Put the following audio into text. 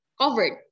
covered